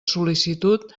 sol·licitud